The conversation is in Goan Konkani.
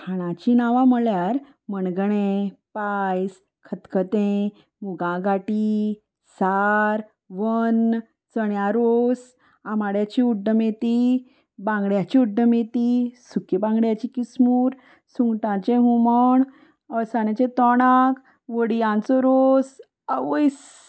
खाणाचीं नांवां म्हळ्यार मणगणें पायस खतखतें मुगां गाटी सार वन चण्या रोस आमंबाड्याची उड्ड मेथी बांगड्याची उड्ड मेथी सुके बांगड्याची किसमूर सुंगटांचें हुमण अळसाण्याचें तोंडाक वडयांचो रोस आवयस